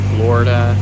Florida